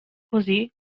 così